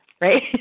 right